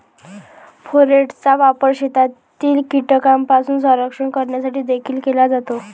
फोरेटचा वापर शेतातील कीटकांपासून संरक्षण करण्यासाठी देखील केला जातो